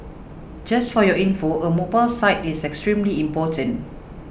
just for your info a mobile site is extremely important